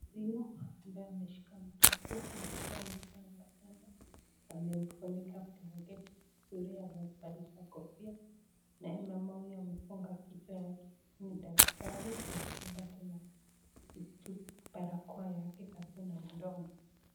Huyu ambaye ameshika mtoto, mtoto mchanga sana. Amemfunika blanketi vizuri, amemvalisha kofia. Nae mama huyu amefunga kichwa yake ni daktari, amefunga tena barakoa yake karibu na mdomo.